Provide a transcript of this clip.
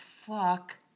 fuck